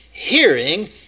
hearing